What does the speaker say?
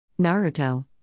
Naruto